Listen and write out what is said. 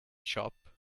shop